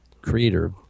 Creator